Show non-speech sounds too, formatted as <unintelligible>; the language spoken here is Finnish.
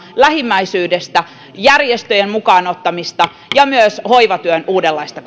lähimmäisyydestä järjestöjen mukaan ottamista ja myös hoivatyön uudenlaista <unintelligible>